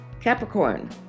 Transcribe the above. Capricorn